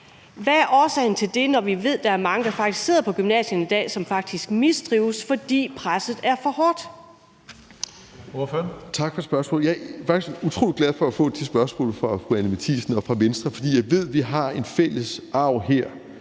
Hvad er årsagen til det, når vi ved, at der faktisk sidder mange på gymnasierne i dag, som mistrives, fordi presset er for hårdt?